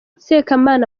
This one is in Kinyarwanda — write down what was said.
sekamana